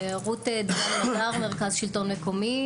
רות דיין מדר, מרכז שלטון מקומי.